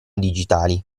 digitali